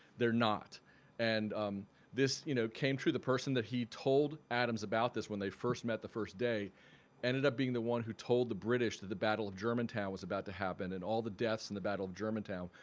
they're not and this you know came true. the person that he told adams about this when they first met the first day ended up being the one who told the british that the battle of germantown was about to happen and all the deaths in the battle of germantown,